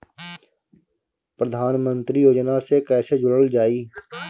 प्रधानमंत्री योजना से कैसे जुड़ल जाइ?